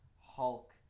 Hulk